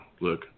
Look